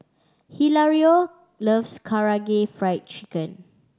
Hilario loves Karaage Fried Chicken